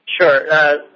Sure